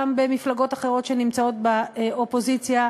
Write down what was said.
גם במפלגות אחרות שנמצאות באופוזיציה,